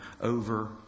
over